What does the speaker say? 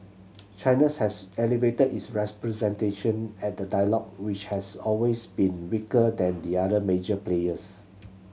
China's has elevated its representation at the dialogue which has always been weaker than the other major players